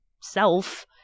self